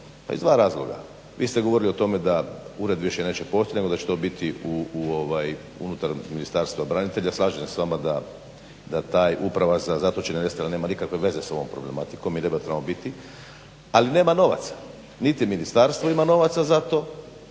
Pa iz dva razloga. Vi ste govorili o tome da ured više neće postojati nego da će to biti unutar Ministarstva branitelja. Slažem se s vama da ta Uprava za zatočene i nestale nema nikakve veze s ovom problematikom i ne bi trebalo biti, ali nema novaca. Niti ministarstvo ima novaca za to